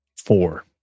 four